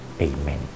Amen